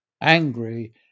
angry